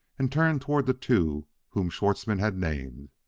and turned toward the two whom schwartzmann had named.